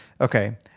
Okay